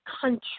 country